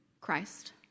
Christ